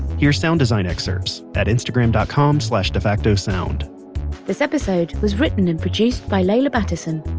hear sound design excerpts at instagram dot com slash defacto sound this episode was written and produced by leila battison,